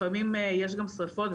לפעמים יש גם שרפות,